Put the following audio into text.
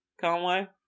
conway